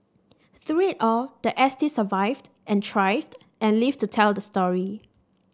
through it all the S T survived and thrived and lived to tell the story